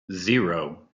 zero